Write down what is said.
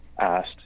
asked